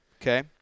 Okay